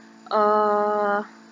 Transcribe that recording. uh